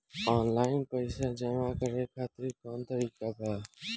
Online पइसा जमा करे खातिर कवन तरीका बा?